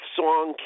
song